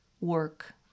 work